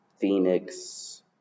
Phoenix